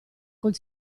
col